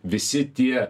visi tie